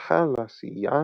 המשפחה לה סייעה